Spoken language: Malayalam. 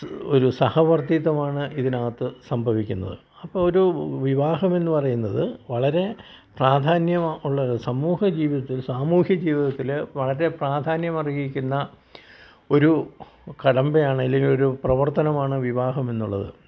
ഒരു സഹവർത്തിത്തമാണ് ഇതിനകത്ത് സംഭവിക്കുന്നത് അപ്പോൾ ഒരു വിവാഹം എന്ന് പറയുന്നത് വളരെ പ്രധാന്യമുള്ള സമൂഹ ജീവിതത്തിൽ സാമുഹ്യ ജിവിതത്തിൽ വളരേ പ്രാധാന്യമർഹിക്കുന്ന ഒരു കടമ്പയാണ് ഇല്ലെങ്കിൽ ഒരു പ്രവർത്തനമാണ് വിവാഹം എന്നുള്ളത്